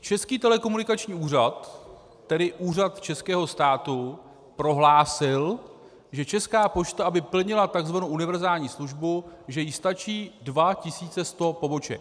Český telekomunikační úřad, tedy úřad českého státu, prohlásil, že Česká pošta, aby plnila tzv. univerzální službu, že jí stačí 2 100 poboček.